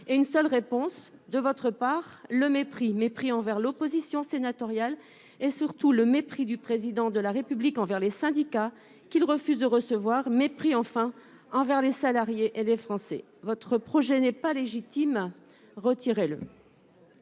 et une seule réponse de votre part : le mépris. Mépris envers l'opposition sénatoriale. Mépris, surtout, du Président de la République envers les syndicats, qu'il refuse de recevoir. Mépris, enfin, envers les salariés et les Français. Votre projet n'est pas légitime, retirez-le